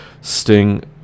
Sting